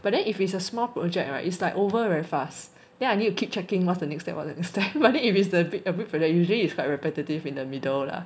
but then if it's a small project [right] it's like over very fast then I need to keep checking what's the next step what's the next step but then if it's a big project usually is quite repetitive in the middle lah